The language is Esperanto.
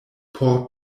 por